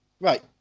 Right